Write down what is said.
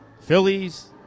Phillies